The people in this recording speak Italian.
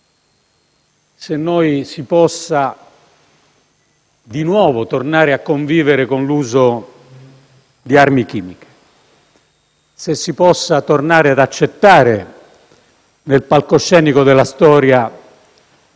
guerra, si possa tornare a convivere con l'uso di armi chimiche, se si possa tornare ad accettare, nel palcoscenico della storia,